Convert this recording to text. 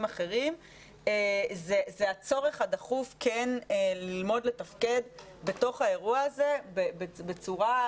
אחרים זה הצורך הדחוף כן ללמוד לתפקד בתוך האירוע הזה בצורה,